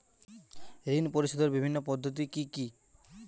ঋণ পরিশোধের বিভিন্ন পদ্ধতি কি কি?